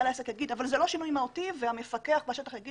בעל עסק יגיד שזה לא שינוי מהותי והמפקח בשטח יגיד